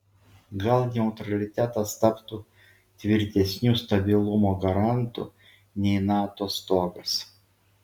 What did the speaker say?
gal neutralitetas taptų tvirtesniu stabilumo garantu nei nato stogas